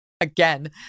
again